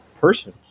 person